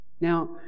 Now